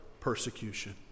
persecution